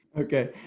okay